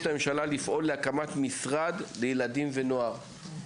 הממשלה לפעול להקמת משרד לילדים ונוער.